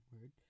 word